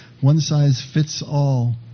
one-size-fits-all